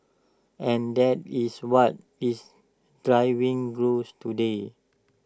and that is what is driving growth today